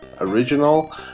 original